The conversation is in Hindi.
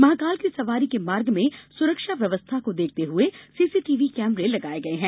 महाकाल की सवारी के मार्ग में सुरक्षा व्यवस्था को देखते हुए सीसीटीवी कैमरे लगाए गए हैं